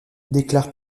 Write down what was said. déclare